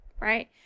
right